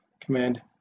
Command